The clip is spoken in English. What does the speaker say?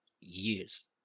years